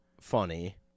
funny